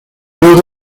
luego